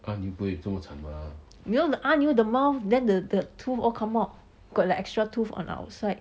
no you know the 阿牛 the mouth then all the tooth all come out then got the extra tooth on the outside